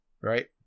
Right